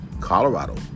Colorado